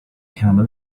camel